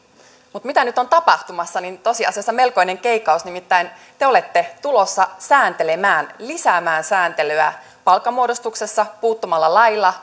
mutta mitä nyt on tapahtumassa tosiasiassa melkoinen keikaus nimittäin te olette tulossa sääntelemään lisäämään sääntelyä palkanmuodostuksessa puuttumalla lailla